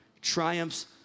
triumphs